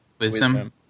Wisdom